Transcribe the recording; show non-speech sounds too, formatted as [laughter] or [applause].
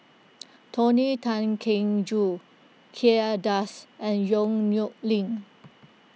[noise] Tony Tan Keng Joo Kay Das and Yong Nyuk Lin